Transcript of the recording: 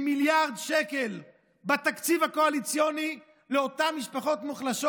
מיליארד שקל בתקציב הקואליציוני לאותן משפחות מוחלשות,